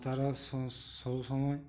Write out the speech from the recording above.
তারা স্ স সবসময়